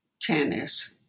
tennis